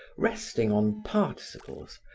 resting on participles,